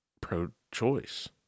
pro-choice